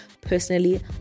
Personally